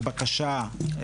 בקשה למכרז.